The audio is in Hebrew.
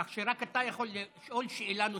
כך שרק אתה יכול לשאול שאלה נוספת,